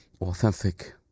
authentic